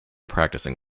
practicing